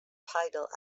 title